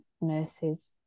nurses